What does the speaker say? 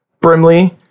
Brimley